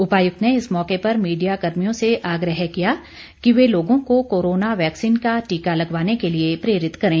उपायुक्त ने इस मौके पर मीडिया कर्मियों से आग्रह किया कि वे लोगों को कोरोना वैक्सीन का टीका लगवाने के लिए प्रेरित करें